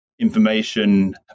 information